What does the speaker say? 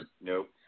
Nope